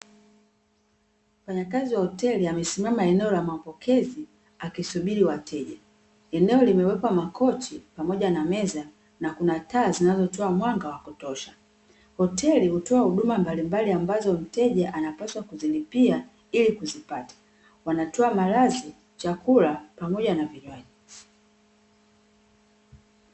Mfanyakazi wa hoteli amesimama eneo la mapokezi, akisubiri wateja. Eneo limewekwa makochi pamoja na meza, na kuna taa zinazotoa mwanga wa kutosha. Hoteli hutoa huduma mbalimbali, ambazo mteja anapaswa kuzilipia kuzipata. Wanatoa malazi, chakula, pamoja na vinywaji.